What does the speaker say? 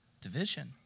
division